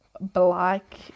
black